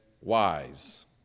wise